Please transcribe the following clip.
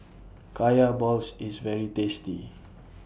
Kaya Balls IS very tasty